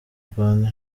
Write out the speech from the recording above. rwanda